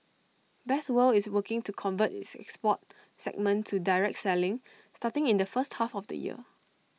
best world is working to convert its export segment to direct selling starting in the first half of the year